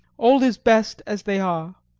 all is best as they are.